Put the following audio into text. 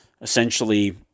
essentially